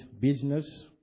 business